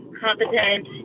competent